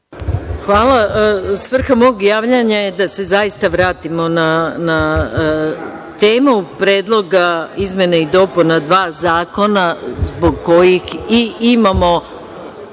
Hvala. Svrha mog javljanja je da se zaista vratimo na temu predloga izmena i dopuna dva zakona zbog kojih i imamo